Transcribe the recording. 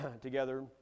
together